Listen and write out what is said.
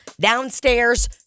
downstairs